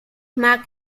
mag